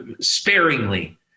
sparingly